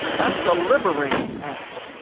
that's a liberating act,